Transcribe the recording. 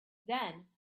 then